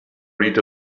read